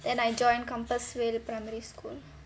then I joined compassvale primary school